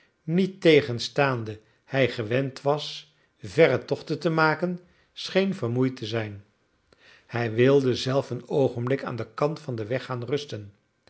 niettegenstaande hij gewend was verre tochten te maken scheen vermoeid te zijn hij wilde zelf een oogenblik aan den kant van den weg gaan rusten